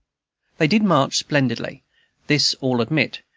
they did march splendidly this all admit.